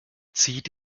zieht